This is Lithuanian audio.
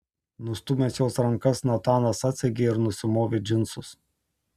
nustūmęs jos rankas natanas atsegė ir nusimovė džinsus